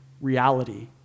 reality